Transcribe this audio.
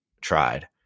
tried